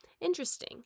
interesting